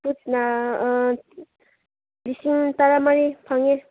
ꯐ꯭ꯔꯨꯠꯁꯅ ꯂꯤꯁꯤꯡ ꯇꯔꯥ ꯃꯔꯤ ꯐꯪꯉꯦ